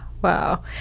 Wow